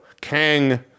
Kang